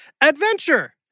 adventure